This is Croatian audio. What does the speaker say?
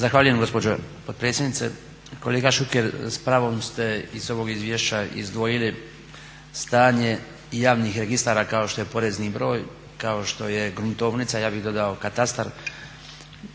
Zahvaljujem gospođo potpredsjednice. Kolega Šuker s pravom ste iz ovog izvješća izdvojili stanje javnih registara kao što je porezni broj, kao što je gruntovnica, ja bih dodao katastar,